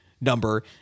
number